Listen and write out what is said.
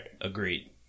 agreed